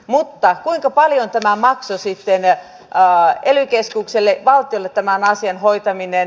mutta kuinka paljon maksoi sitten ely keskukselle valtiolle tämän asian hoitaminen